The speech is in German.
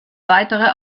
weitere